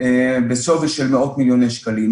בשווי של מאות מיליוני שקלים.